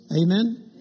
Amen